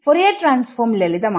Fourier transform ലളിതമാണ്